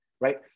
right